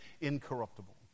incorruptible